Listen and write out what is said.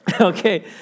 Okay